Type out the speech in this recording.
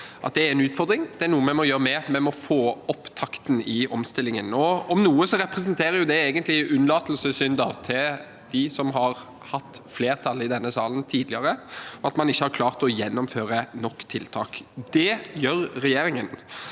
Det er en utfordring, og det er noe vi må gjøre mer med. Vi må få opp takten i omstillingen. Om noe representerer dette egentlig unnlatelsessynder fra dem som har hatt flertall i denne salen tidligere, og som ikke har klart å gjennomføre nok tiltak. Det gjør regjeringen.